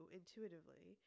intuitively